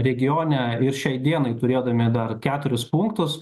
regione ir šiai dienai turėdami dar keturis punktus